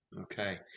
okay